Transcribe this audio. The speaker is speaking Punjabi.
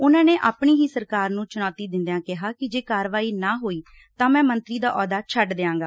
ਉਨ੍ਹਾ ਨੇ ਆਪਣੀ ਹੀ ਸਰਕਾਰ ਨੂੰ ਚੁਣੌਤੀ ਦਿੰਦਿਆਂ ਕਿਹਾ ਕਿ ਜੇ ਕਾਰਵਾਈ ਨਾ ਹੋਈ ਤਾਂ ਮੈਂ ਮੰਤਰੀ ਦਾ ਅਹੁੱਦਾ ਛੱਡ ਦਿਆਂਗਾ